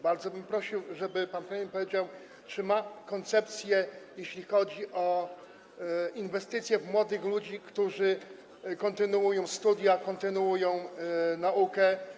Bardzo bym prosił, żeby pan premier powiedział, czy ma koncepcję, jeśli chodzi o inwestycję w młodych ludzi, którzy kontynuują studia, kontynuują naukę.